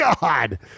God